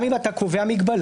גם אם אתה קובע מגבלה,